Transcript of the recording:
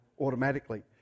automatically